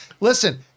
Listen